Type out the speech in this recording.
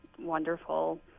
wonderful